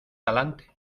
talante